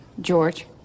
George